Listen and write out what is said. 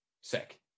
sick